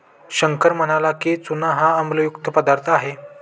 शंकर म्हणाला की, चूना हा आम्लयुक्त पदार्थ आहे